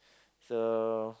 so